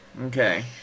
Okay